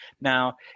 Now